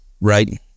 Right